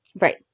Right